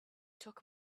took